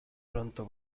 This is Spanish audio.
pronto